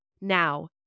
Now